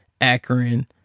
Akron